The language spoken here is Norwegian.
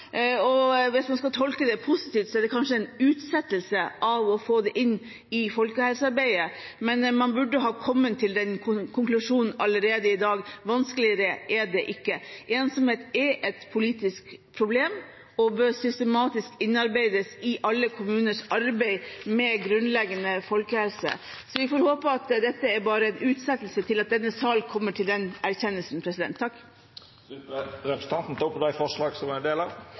og hvis man skal tolke det positivt, er det kanskje bare en utsettelse av å få det inn i folkehelsearbeidet, men man burde ha kommet til den konklusjonen allerede i dag. Vanskeligere er det ikke. Ensomhet er et politisk problem og bør systematisk innarbeides i alle kommuners arbeid med grunnleggende folkehelse. Så vi får håpe at dette bare er en utsettelse, til denne salen kommer til den erkjennelsen. Vil representanten ta opp